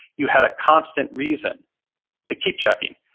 you had a constant reason to keep checking.